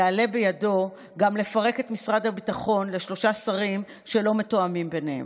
יעלה בידו גם לפרק את משרד הביטחון לשלושה שרים שלא מתואמים ביניהם: